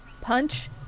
Punch